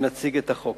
להציג את החוק.